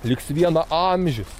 liks vienaamžis